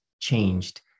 changed